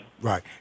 Right